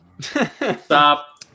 Stop